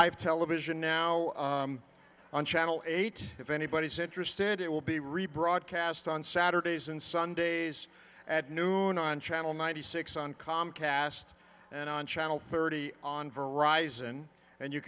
have television now on channel eight if anybody's interested it will be rebroadcast on saturdays and sundays at noon on channel ninety six on comcast and on channel thirty on varieties and and you